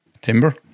Timber